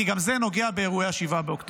כי גם זה נוגע באירועי 7 באוקטובר.